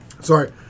Sorry